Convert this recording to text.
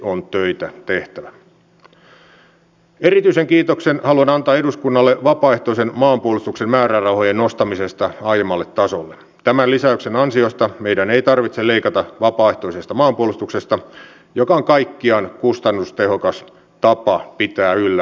vaikka ensi vuonna rajavartiolaitokselle määrärahaan tuleekin nousua niin kehyskauden säästöpaine on kuitenkin erittäin suuri ja tämä lisäyksen ansiosta meidän ei tarvitse leikata kohdistuu erityisesti partioinnin vähenemiseen kainuussa pohjois karjalassa ja lapissa